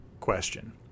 question